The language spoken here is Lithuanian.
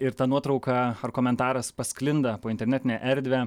ir ta nuotrauka ar komentaras pasklinda po internetinę erdvę